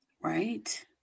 Right